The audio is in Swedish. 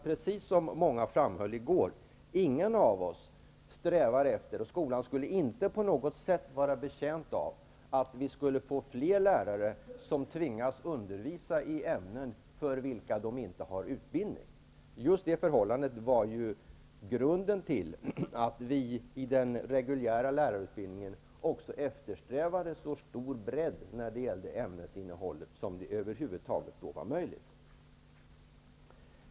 Precis som många framhöll i går strävar ingen av oss efter, och skolan skulle inte på något sätt vara betjänt av det, att få fler lärare som tvingas undervisa i ämnen för vilka de inte har utbildning. Just det förhållandet var grunden till att vi i den reguljära lärarutbildningen eftersträvade en så stor bredd i ämnesinnehållet som det över huvud taget var möjligt.